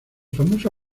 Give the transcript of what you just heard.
famoso